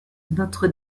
notre